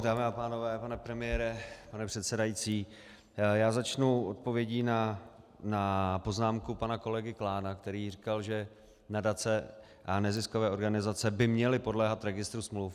Dámy a pánové, pane premiére, pane předsedající, začnu odpovědí na poznámku pana kolegy Klána, který říkal, že nadace a neziskové organizace by měly podléhat registru smluv.